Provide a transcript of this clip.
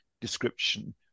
description